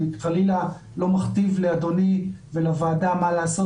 אני חלילה לא מכתיב לאדוני ולוועדה מה לעשות,